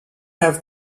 have